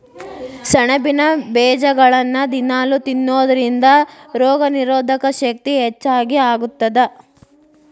ಸೆಣಬಿನ ಬೇಜಗಳನ್ನ ದಿನಾಲೂ ತಿನ್ನೋದರಿಂದ ರೋಗನಿರೋಧಕ ಶಕ್ತಿ ಹೆಚ್ಚಗಿ ಆಗತ್ತದ